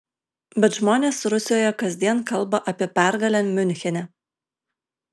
bet žmonės rusijoje kasdien kalba apie pergalę miunchene